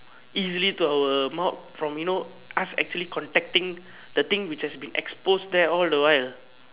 easily to our mouths from you know us actually contacting the thing which has been exposed there all the while